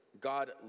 God